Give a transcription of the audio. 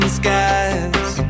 skies